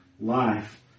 life